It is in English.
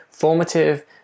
formative